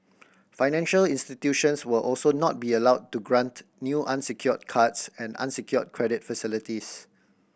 financial institutions will also not be allowed to grant new unsecured cards and unsecured credit facilities